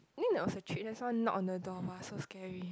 I think it was on a trip then someone knocked on the door !wah! so scary